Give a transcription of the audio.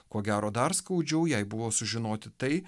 ko gero dar skaudžiau jei buvo sužinoti tai